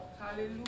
Hallelujah